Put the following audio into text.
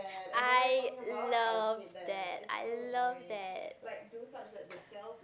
I love that I love that